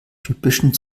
typischen